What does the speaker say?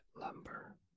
lumber